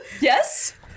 Yes